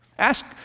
Ask